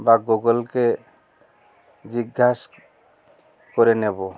বা গুগলকে জিজ্ঞাসা করে নেবো